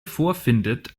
vorfindet